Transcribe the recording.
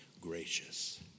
gracious